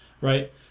right